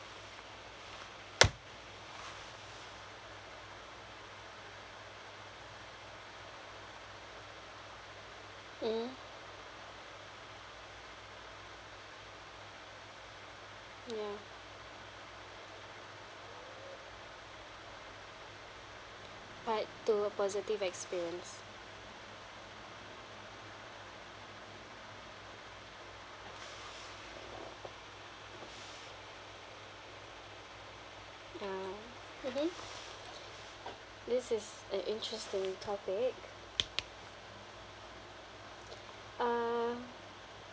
mm ya part two positive experience ya mmhmm this is an interesting topic uh